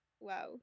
wow